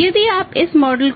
यदि आप इस मॉडल